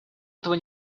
этого